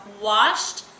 Washed